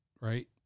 right